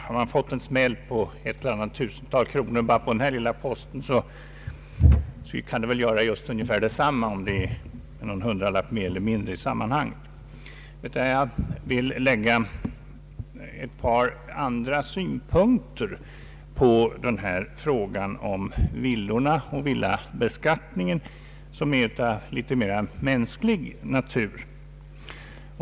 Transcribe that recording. Har man fått en smäll på ett eller annat tusental kronor bara på den här villaposten så kan det göra detsamma om det i sammanhanget blir en hundralapp mer eller mindre. Jag vill framföra några synpunkter på frågan om villorna och villabeskattningen av litet mer mänsklig natur.